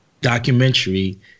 documentary